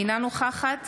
אינה נוכחת